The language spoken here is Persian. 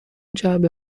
جعبه